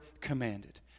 commanded